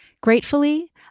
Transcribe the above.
Gratefully